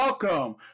Welcome